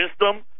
wisdom